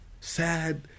sad